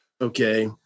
Okay